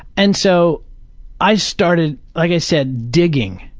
and so i started, like i said, digging.